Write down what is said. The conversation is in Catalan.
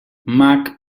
mac